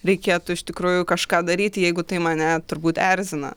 reikėtų iš tikrųjų kažką daryti jeigu tai mane turbūt erzina